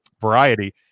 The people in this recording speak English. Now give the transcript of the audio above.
Variety